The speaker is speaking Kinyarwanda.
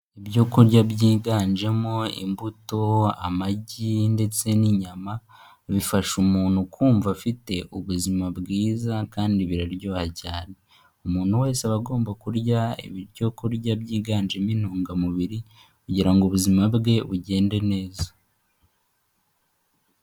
Ibyo kurya byiganjemo imbuto, amagi ndetse n'inyama, bifasha umuntu kumva afite ubuzima bwiza kandi biraryoha cyane. Umuntu wese aba agomba kurya ibyo kurya byiganjemo intungamubiri, kugira ngo ubuzima bwe bugende neza.